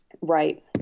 Right